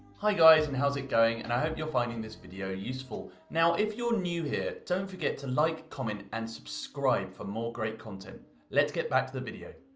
hi guys and how's it going and i hope you're finding this video useful. now, if you're new here don't forget to like, comment and subscribe for more great content let's get back to the video.